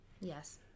Yes